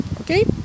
okay